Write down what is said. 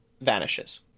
vanishes